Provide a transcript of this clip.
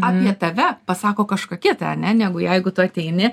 apie tave pasako kažką kita ane negu jeigu tu ateini